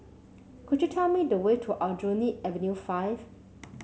could you tell me the way to Aljunied Avenue Five